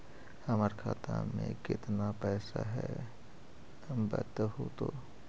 हमर खाता में केतना पैसा है बतहू तो?